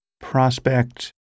prospect